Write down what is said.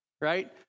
Right